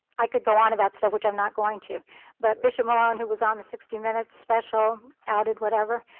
i could go on about stuff which i'm not going to but misha milan, who was on the sixty minutes special, added whatever,